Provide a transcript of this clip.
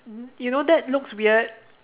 you know that looks weird